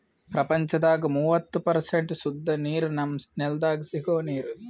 ಪ್ರಪಂಚದಾಗ್ ಮೂವತ್ತು ಪರ್ಸೆಂಟ್ ಸುದ್ದ ನೀರ್ ನಮ್ಮ್ ನೆಲ್ದಾಗ ಸಿಗೋ ನೀರ್